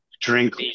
drink